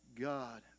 God